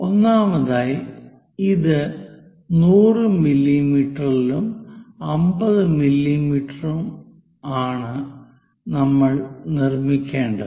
ഒന്നാമതായി ഇത് 100 മില്ലീമീറ്ററിലും 50 മില്ലീമീറ്ററിലുമാണ് നമ്മൾ ഇത് നിർമ്മിക്കേണ്ടത്